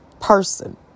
person